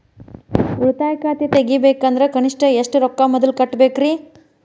ಉಳಿತಾಯ ಖಾತೆ ತೆಗಿಬೇಕಂದ್ರ ಕನಿಷ್ಟ ಎಷ್ಟು ರೊಕ್ಕ ಮೊದಲ ಕಟ್ಟಬೇಕ್ರಿ?